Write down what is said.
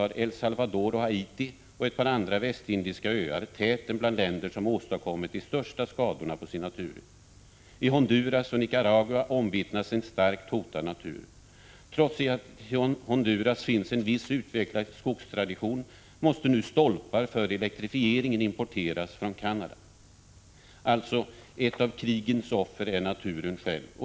1985/86:117 att El Salvador, Haiti och ett par andra västindiska östater intar täten bland = 16 april 1986 länder som åstadkommit de största skadorna på sin natur. I Honduras och Nicaragua omvittnas en starkt hotad natur. Trots att det i Honduras finns en TE b viss utvecklad skogstradition, måste nu stolpar för elektrifieringen importe BENEN DSSOrNA RO Era m.m. Allstå — ett av krigens offer är naturen själv.